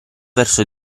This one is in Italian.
verso